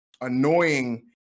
annoying